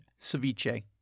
ceviche